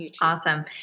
Awesome